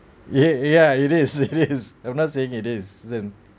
yea yeah it is it is I'm not saying it is isn't